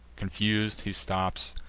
confus'd, he stops,